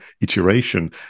iteration